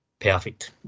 Perfect